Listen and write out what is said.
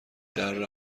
دره